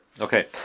Okay